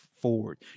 forward